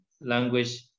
language